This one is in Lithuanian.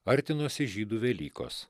artinosi žydų velykos